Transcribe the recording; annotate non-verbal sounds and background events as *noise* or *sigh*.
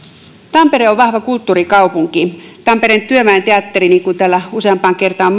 tampere on vahva kulttuurikaupunki tampereen työväen teatteri niin kuin täällä useampaan kertaan *unintelligible*